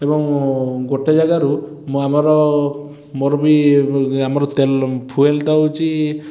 ଏବଂ ଗୋଟେ ଯାଗାରୁ ମୁଁ ଆମର ମୋର ବି ଆମର ତେଲ ଫୁଏଲଟା ହେଉଛି